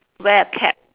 wear a cap